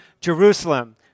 Jerusalem